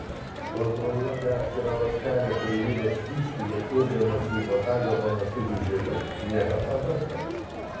kontroliuoti atskirą ląstelę kuri juda skystyje irdamasi į botagą panašiu žiuželiu nėra paprasta